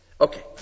Okay